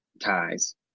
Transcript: ties